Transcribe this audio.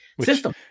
System